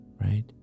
right